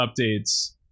updates